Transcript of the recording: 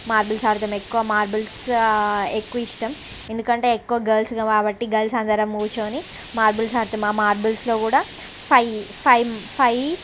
marbles ఆడుతాం ఎక్కువ marbles ఎక్కువ ఇష్టం ఎందుకంటే ఎక్కువ గర్ల్స్ కాబట్టి గర్ల్స్ అందరం కూర్చోని మార్బల్స్ ఆడుతాం ఆ మార్బుల్స్లో కూడా ఫైవ్ ఫైవ్ ఫైవ్